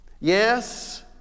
Yes